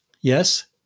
yes